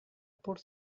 por